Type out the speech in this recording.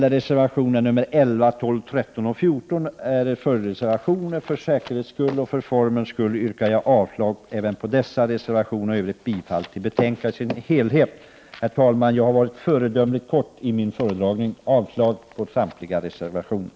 Reservationerna 11, 12, 13 och 14 är följdreservationer. För säkerhets skull och för formens skull yrkar jag avslag även på dessa reservationer och i Övrigt bifall till utskottets hemställan i dess helhet. Herr talman! Jag har varit föredömligt kortfattat i min föredragning. Jag yrkar avslag på samtliga reservationer.